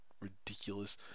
ridiculous